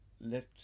let